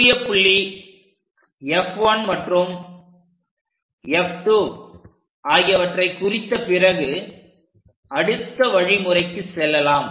குவிய புள்ளி F1 மற்றும் F2 ஆகியவற்றை குறித்த பிறகு அடுத்த வழிமுறைக்கு செல்லலாம்